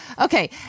Okay